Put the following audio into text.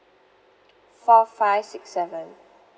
four five six seven